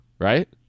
right